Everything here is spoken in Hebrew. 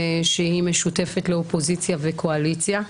שהיא משותפת לאופוזיציה וקואליציה,